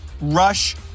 rush